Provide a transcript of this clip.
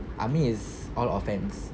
army is all offense